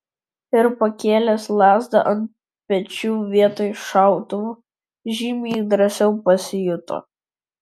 ir pakėlęs lazdą ant pečių vietoj šautuvo žymiai drąsiau pasijuto